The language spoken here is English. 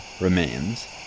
remains